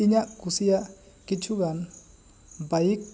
ᱤᱧᱟᱹᱜ ᱠᱩᱥᱤᱭᱟᱜ ᱠᱤᱪᱷᱩ ᱜᱟᱱ ᱵᱟᱭᱤᱠ